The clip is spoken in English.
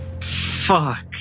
Fuck